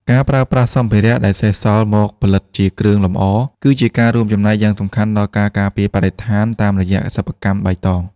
ការប្រើប្រាស់សម្ភារៈដែលសេសសល់មកផលិតជាគ្រឿងលម្អ គឺជាការរួមចំណែកយ៉ាងសំខាន់ដល់ការការពារបរិស្ថានតាមរយៈសិប្បកម្មបៃតង។